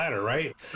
right